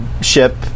ship